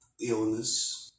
illness